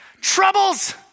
troubles